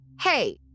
Hey